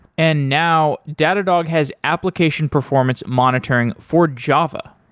and now datadog has application performance monitoring for java.